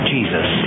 Jesus